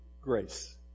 grace